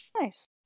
Nice